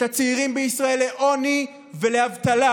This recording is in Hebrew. את הצעירים בישראל, לעוני ולאבטלה.